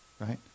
right